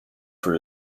for